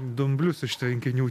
dumblius iš tvenkinių